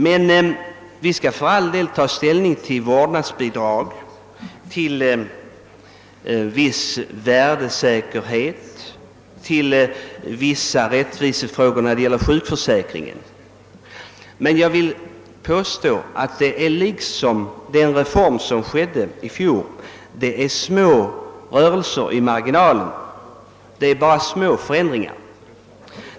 Men vi skall för all del ta ställning till vårdnadsbidrag, till viss värdesäkerhet och till vissa rättvisefrågor när det gäller sjukförsäkringen. Men jag vill påstå att det, liksom fallet var med den reform som genomfördes i fjol, bara är fråga om små förändringar i marginalen.